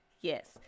Yes